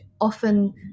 often